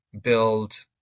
build